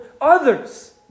others